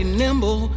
nimble